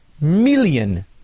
million